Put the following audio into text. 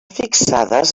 fixades